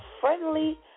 friendly